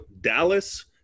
Dallas